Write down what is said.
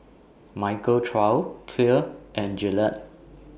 Michael Trio Clear and Gillette